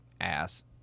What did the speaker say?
ass